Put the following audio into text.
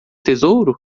tesouro